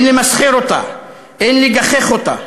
אין למסחר אותה, אין להגחיך אותה.